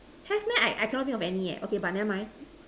have meh I I cannot think of any eh okay but never mind